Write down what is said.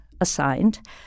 assigned